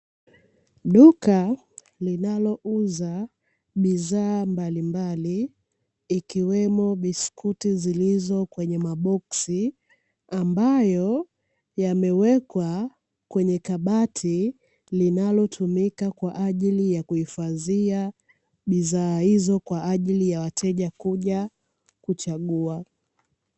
duka linalouza bidhaa mbalimbali, ikiwemo biskuti zilizo kwenye maboksi, ambayo yamewekwa kwenye kabati, linalotumika kwa ajili ya kuhifadhia bidhaa hizo kwa ajili ya wateja kuja uchaguzi.